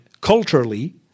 culturally